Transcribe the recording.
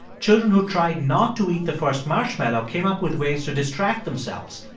children who tried not to eat the first marshmallow came up with ways to distract themselves.